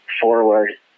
forward